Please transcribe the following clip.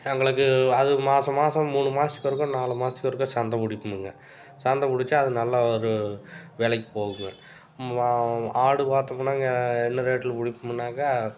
எங்களுக்கு அது மாதம் மாதம் மூணு மாதத்துக்கு ஒருக்க நாலு மாதத்துக்கு ஒருக்க சந்தை பிடிப்போமுங்க சந்தை பிடித்தா அது நல்ல ஒரு விலைக்கு போகுங்க ஆடு பார்த்தோமுன்னாங்க என்ன ரேட்டில் பிடிப்போமுன்னாங்க